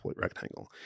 rectangle